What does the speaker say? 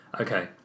Okay